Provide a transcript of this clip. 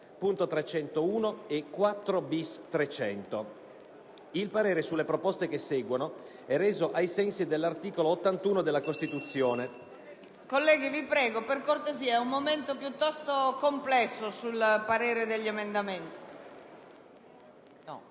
Il parere sulle proposte che seguono è reso, ai sensi dell'articolo 81 della Costituzione,